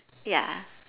ya